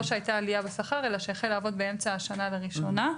לא שהייתה עלייה בשכר אלא שהחל לעבוד באמצע השנה לראשונה.